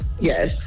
yes